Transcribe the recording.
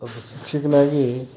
ಒಬ್ಬ ಶಿಕ್ಷಕನಾಗಿ